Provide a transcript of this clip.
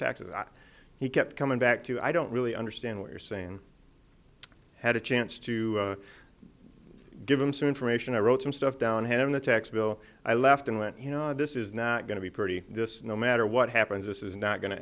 taxes he kept coming back to i don't really understand what you're saying i had a chance to give him some information i wrote some stuff down him the tax bill i left and went you know this is not going to be pretty this no matter what happens this is not going to